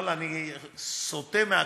ואללה, אני סוטה מהכתוב,